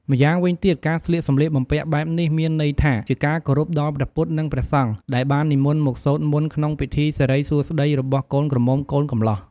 ម្យ៉ាងវិញទៀត ការស្លៀកសម្លៀកបំពាក់បែបនេះមានន័យថា ជាការគោរពដល់ព្រះពុទ្ធ និងព្រះសង្ឃ ដែលបាននិមន្តមកសូត្រមន្តក្នុងពិធីសិរីសួស្តីរបស់កូនក្រមុំកូនកម្លោះ។